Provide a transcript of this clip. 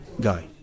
guy